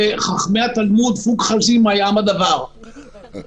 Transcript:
המכנה המשותף של כל ההוראות הוא לאפשר לתאגיד לפעול במהלך עסקים